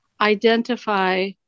identify